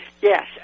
yes